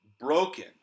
broken